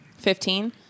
Fifteen